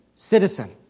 Citizen